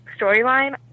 storyline